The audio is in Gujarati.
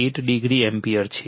8o એમ્પીયર છે